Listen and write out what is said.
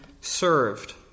served